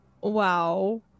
Wow